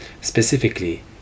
Specifically